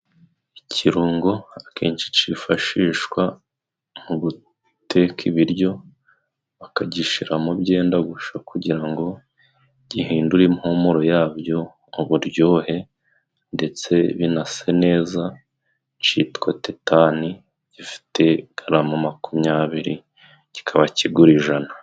Ikirungo akenshi cyifashishwa mu guteka ibiryo bakagishira mo byenda gusha kugira ngo gihindure impumuro yabyo, uburyohe ndetse binase neza, citwa tetani, gifite garama makumyabiri, kikaba kigura ijana.